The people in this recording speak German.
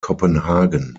kopenhagen